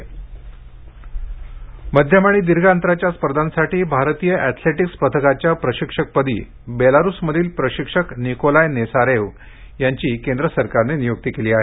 क्रीडा नियक्ती मध्यम आणि दीर्घ अंतराच्या स्पर्धांसाठी भारतीय अँथले सिक्स पथकाच्या प्रशिक्षक पदी बेलारूसमधील प्रशिक्षक निकोलाय नेसारेव्ह यांची केंद्र सरकारनं नियुक्ती केली आहे